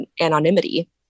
anonymity